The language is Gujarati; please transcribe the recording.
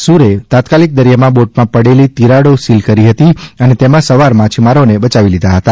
શુરે તાત્કાલિક દરિથામાં બોટમાં પડેલી તિરાડો સીલ કરી હતી અને તેમાં સવાર માછીમારોને બયાવી લીધા હતા